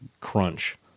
crunch